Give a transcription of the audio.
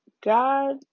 God